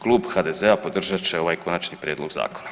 Klub HDZ-a podržat će ovaj konačni prijedlog zakona.